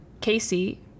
Casey